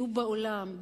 יהיו בעולם,